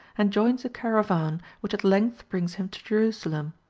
and joins a caravan which at length brings him to jerusalem.